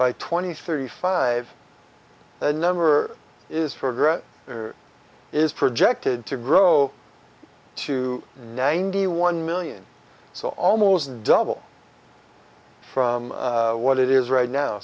by twenty thirty five the number is for growth or is projected to grow to ninety one million so almost double from what it is right now